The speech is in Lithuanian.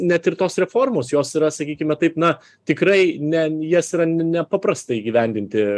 net ir tos reformos jos yra sakykime taip na tikrai ne jas yra nepaprasta įgyvendinti